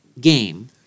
game